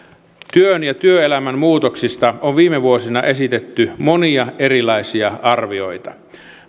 työn ja työelämän muutoksista on viime vuosina esitetty monia erilaisia arvioita milloin